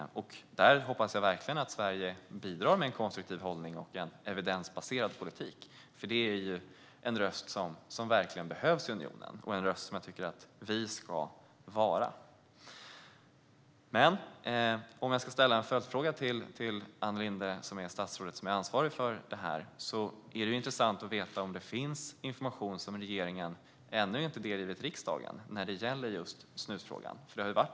Där hoppas jag verkligen att Sverige bidrar med en konstruktiv hållning och en evidensbaserad politik. Det är en röst som verkligen behövs i unionen och som jag tycker att vi ska vara. Om jag ska ställa en följdfråga till Ann Linde, som är det statsråd som ansvarar för detta, vore det intressant att veta om det finns information som regeringen ännu inte delgivit riksdagen när det gäller snusfrågan.